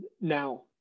now